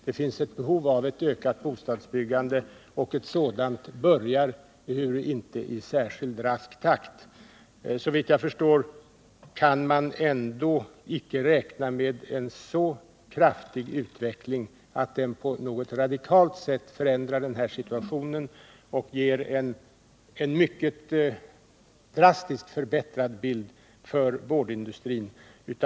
Det finns ett behov av ett ökat bostadsbyggande, och ett sådant börjar komma i gång, ehuru inte i särskilt rask takt. Såvitt jag förstår kan man ändå inte räkna med en så kraftig utveckling att den på något radikalt sätt förändrar situationen och ger upphov till en drastiskt förbättrad bild för boardindustrin.